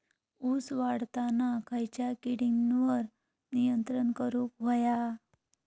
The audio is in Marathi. ऊस वाढताना खयच्या किडींवर नियंत्रण करुक व्हया?